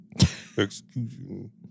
execution